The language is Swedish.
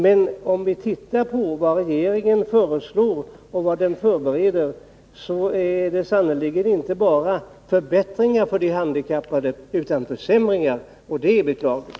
Men om vi tittar på vad regeringen föreslår och förbereder, finner vi att det sannerligen inte bara är förbättringar för de handikappade, utan också försämringar. Det är beklagligt.